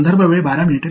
மாணவர் மேற்பரப்பில்